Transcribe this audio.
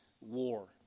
war